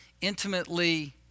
intimately